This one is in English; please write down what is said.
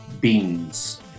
beans